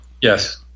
Yes